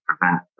prevent